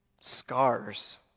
Scars